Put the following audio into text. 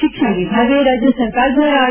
શિક્ષણ વિભાગે રાજ્ય સરકાર દ્વારા આર